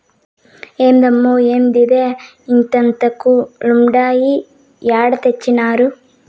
ఏమ్మే, ఏందిదే ఇంతింతాకులుండాయి ఏడ తెచ్చినారు